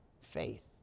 faith